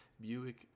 buick